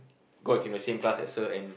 got into the same class as her and